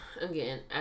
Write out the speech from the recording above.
Again